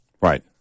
Right